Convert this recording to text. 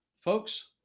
Folks